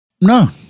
No